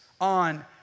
on